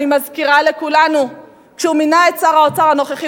ואני מזכירה לכולנו: כשהוא מינה את שר האוצר הנוכחי,